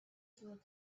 through